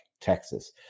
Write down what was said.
Texas